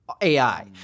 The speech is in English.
AI